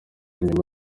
nyuma